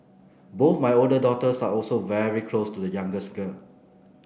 both my older daughters are also very close to the youngest girl